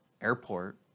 airport